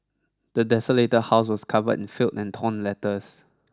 the desolated house was covered in filth and torn letters